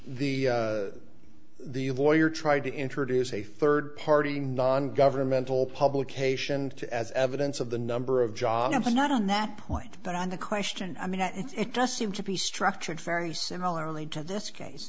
the the lawyer tried to introduce a third party non governmental publication to as evidence of the number of jobs or not on that point but on the question i mean that it's just seemed to be structured very similarly to this case